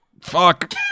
Fuck